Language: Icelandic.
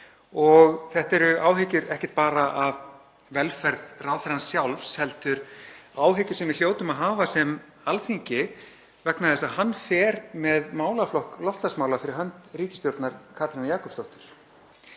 Þetta eru ekki bara áhyggjur af velferð ráðherrans sjálfs heldur áhyggjur sem við hljótum að hafa sem Alþingi vegna þess að hann fer með málaflokk loftslagsmála fyrir hönd ríkisstjórnar Katrínar Jakobsdóttur.